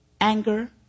anger